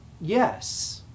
yes